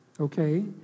okay